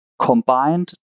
combined